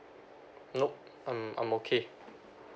nope I'm I'm okay